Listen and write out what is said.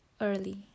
early